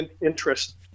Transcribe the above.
interest